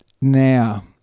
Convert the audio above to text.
now